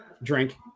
Drink